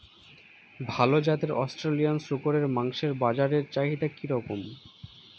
ভাল জাতের অস্ট্রেলিয়ান শূকরের মাংসের বাজার চাহিদা কি রকম?